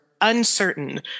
uncertain